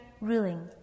ruling